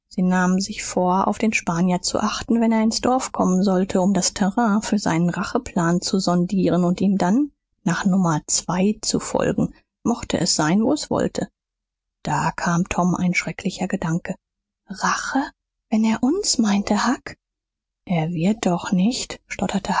sie nahmen sich vor auf den spanier zu achten wenn er ins dorf kommen sollte um das terrain für seinen racheplan zu sondieren und ihm dann nach nummer zwei zu folgen mochte es sein wo es wollte da kam tom ein schrecklicher gedanke rache wenn er uns meinte huck er wird doch nicht stotterte